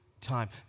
time